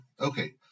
Okay